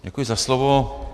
Děkuji za slovo.